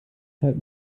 zeit